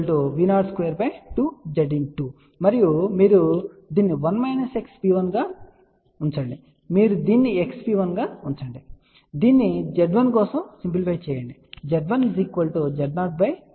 P3V022Z¿2 మరియు మీరు దీన్ని 1 -x P1 గా ఉంచండి మీరు దీన్ని x P1 గా ఉంచండి దీన్ని Z1 కోసం సింప్లిఫై చేయండి Z1Z0x గా Z2 Z01 x గా పొందుతారు